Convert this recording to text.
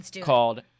called